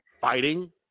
fighting